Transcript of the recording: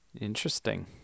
Interesting